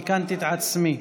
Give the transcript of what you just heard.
תיקנתי את עצמי.